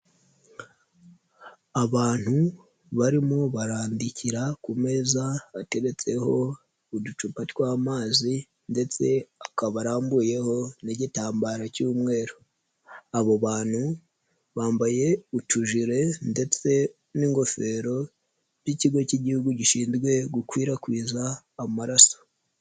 Abantu barimo barandikira ku meza ateretseho uducupa tw'amazi ndetse akaba arambuyeho n'igitambaro cy'umweru, abo bantu bambaye utuje ndetse n'ingofero by'ikigo k'Igihugu gishinzwe gukwirakwiza amaraso.